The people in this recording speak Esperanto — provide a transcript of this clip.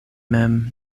mem